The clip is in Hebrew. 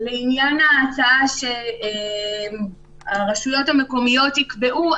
לעניין ההצעה שהרשויות המקומיות יקבעו,